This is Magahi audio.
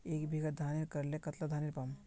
एक बीघा धानेर करले कतला धानेर पाम?